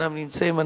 שאינם נמצאים,